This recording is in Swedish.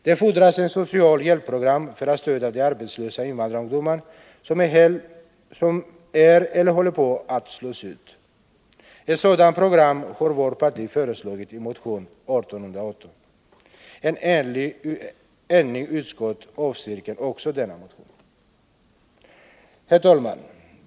Det fordras ett socialt hjälpprogram för att stödja de arbetslösa invandrarungdomar som är utslagna eller håller på att slås ut. Ett sådant program har vårt parti föreslagit i motion 1818. Ett enigt utskott avstyrker också denna motion. Herr talman!